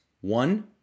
One